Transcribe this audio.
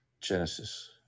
Genesis